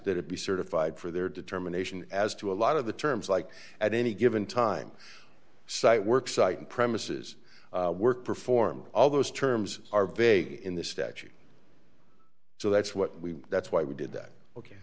that it be certified for their determination as to a lot of the terms like at any given time site work site and premises work perform all those terms are big in the statute so that's what we that's why we did that ok